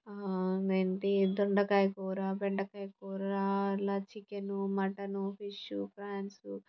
ఆ మెంతి దొండకాయకూర బెండకాయకూర అలా చికెను మటను ఫిష్ ఫ్రాన్సు